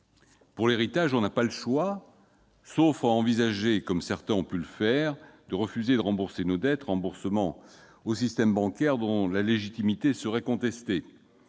Pour l'héritage, on n'a pas le choix, sauf à envisager, comme certains ont pu le faire, de refuser de rembourser nos dettes au système bancaire, dont la légitimité serait contestée.